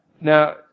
Now